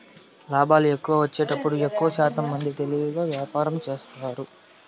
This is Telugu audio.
లాభాలు ఎక్కువ వచ్చేతట్టు ఎక్కువశాతం మంది తెలివిగా వ్యాపారం చేస్తారు